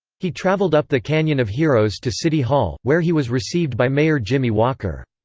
he traveled up the canyon of heroes to city hall, where he was received by mayor jimmy walker.